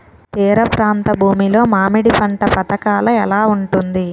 తీర ప్రాంత భూమి లో మామిడి పంట పథకాల ఎలా ఉంటుంది?